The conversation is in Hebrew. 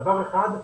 דבר אחד,